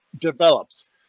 develops